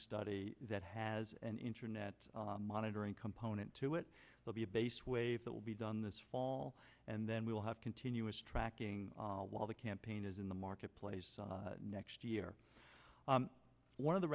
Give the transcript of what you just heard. study that has an internet monitoring component to it will be a base way that will be done this fall and then we will have continuous tracking while the campaign is in the marketplace next year one of the